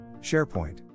sharepoint